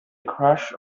crush